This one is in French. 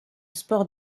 sports